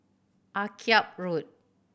Akyab Road